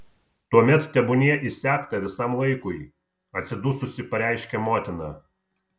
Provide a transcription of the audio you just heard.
tuomet tebūnie įsegta visam laikui atsidususi pareiškia motina